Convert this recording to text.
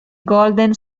golden